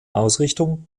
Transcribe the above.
ausrichtung